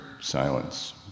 silence